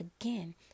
again